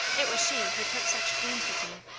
it was she who took such pains with me,